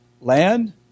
land